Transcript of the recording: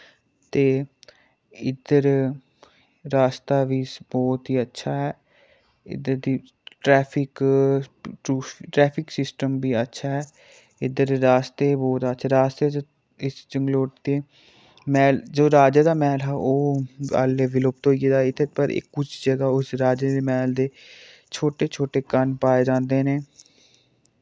ते इध्दर रास्ता वी बोह्त ही अच्छा ऐ इद्धर दी ट्रैफिक ट्रूफ ट्रैफिक सिस्टम बी अच्छा ऐ इध्दर रास्ते बोह्त अच्छे रस्ते इस जंगलोट दे मैह्ल जो राजे दा मैह्ल हा ओह् आह्ले विलुप्त होई गेदा इत्थै पर इक कुछ जगाह् उस राजे दे मैह्ल दे छोटे छोटे कण पाए जांदे ने